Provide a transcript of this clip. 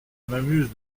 m’amuse